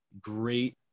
great